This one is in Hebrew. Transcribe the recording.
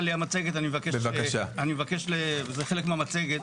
המצגת, אני מבקש, זה חלק מהמצגת,